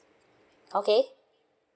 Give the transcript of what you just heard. okay